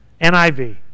NIV